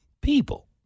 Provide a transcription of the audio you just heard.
people